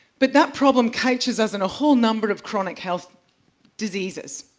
but that problem coaches us in a whole number of chronic health diseases.